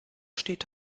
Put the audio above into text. steht